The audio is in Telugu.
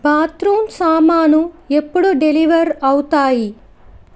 బాత్రూమ్ సామాను ఎప్పుడు డెలివర్ అవుతాయి